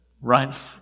right